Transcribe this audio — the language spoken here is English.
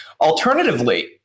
Alternatively